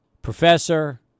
Professor